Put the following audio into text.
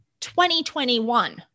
2021